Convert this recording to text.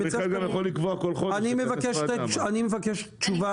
מיכאל גם יכול לקבוע כל חוק --- אני מבקש תשובה.